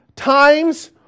times